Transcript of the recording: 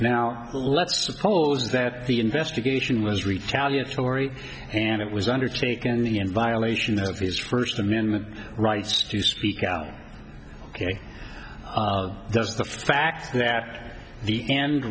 now let's suppose that the investigation was retaliatory and it was undertaken the in violation of his first amendment rights to speak out ok does the fact that the and